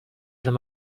them